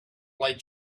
light